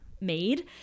made